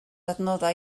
adnoddau